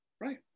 Right